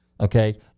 okay